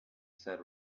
said